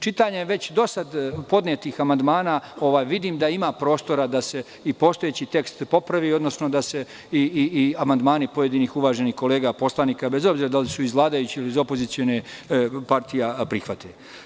Čitanjem već do sada podnetih amandmana, vidim da ima prostora da se postojeći tekst popravi, odnosno da se amandmani pojedinih uvaženih kolega poslanika, bez obzira da li su iz vladajućih ili opozicionih partija, prihvate.